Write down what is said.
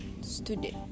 Student